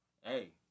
Hey